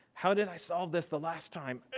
how did i solve this the last time?